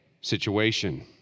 situation